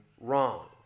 wrong